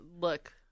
Look